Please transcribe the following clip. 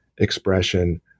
expression